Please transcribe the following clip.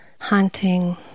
haunting